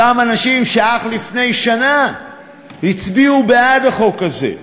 אותם אנשים שאך לפני שנה הצביעו בעד החוק הזה,